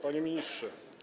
Panie Ministrze!